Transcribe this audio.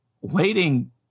waiting